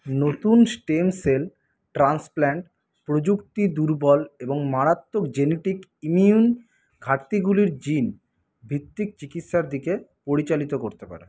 নতুন stem cell transplant প্রযুক্তি দুর্বল এবং মারাত্মক জেনেটিক ইমিউন ঘাটতিগুলির জিন ভিত্তিক চিকিৎসার দিকে পরিচালিত করতে পারে